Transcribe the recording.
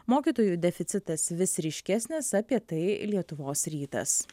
mokytojų deficitas vis ryškesnis apie tai lietuvos rytas